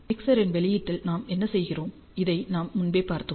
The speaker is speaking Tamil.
மிக்சரின் வெளியீட்டில் நாம் என்ன செய்கிறோம் இதை நாம் முன்பே பார்த்தோம்